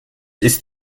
ist